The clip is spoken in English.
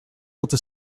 able